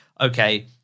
okay